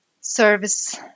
service